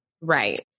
Right